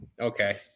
Okay